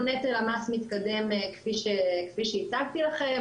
נטל המס מתקדם כפי שהצגתי לכם,